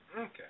Okay